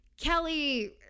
Kelly